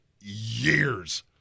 years